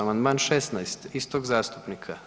Amandman 16 istog zastupnika.